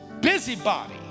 busybody